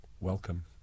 welcome